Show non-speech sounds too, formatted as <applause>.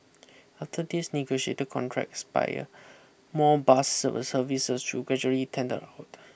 after these negotiate contracts expire more bus service will be <unintelligible> gradually tender out